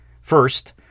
First